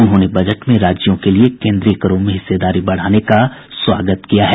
उन्होंने बजट में राज्यों के लिये केन्द्रीय करों में हिस्सेदारी बढ़ाने का स्वागत किया है